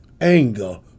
anger